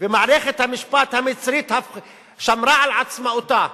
ומערכת המשפט המצרית שמרה על עצמאותה.